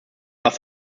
was